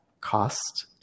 cost